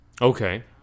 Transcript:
Okay